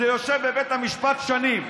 זה יושב בבית המשפט שנים.